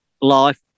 life